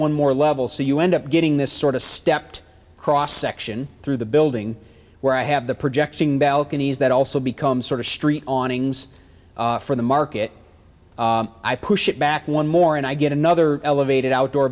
one more level so you end up getting this sort of stepped cross section through the building where i have the projecting balconies that also become sort of street on ngs for the market i push it back one more and i get another elevated outdoor